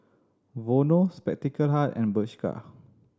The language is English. Vono Spectacle Hut and Bershka